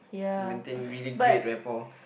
maintain really great rapport